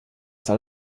soll